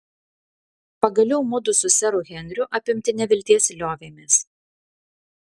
pagaliau mudu su seru henriu apimti nevilties liovėmės